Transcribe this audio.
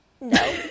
No